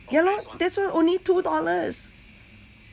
ya lor that's why only two dollars